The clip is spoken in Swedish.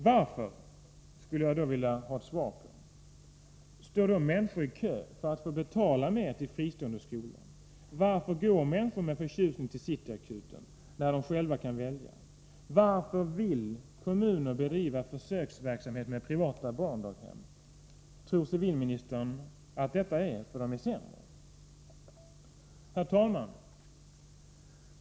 Jag skulle vilja ha ett svar på följande: Varför står människor i kö för att få betala mer till fristående skolor? Varför går människor med förtjusning till City Akuten, när de själva kan välja? Varför vill kommuner bedriva försöksverksamhet med privata barndaghem? Tror civilministern att det beror på att dessa verksamheter är sämre?